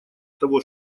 того